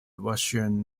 russian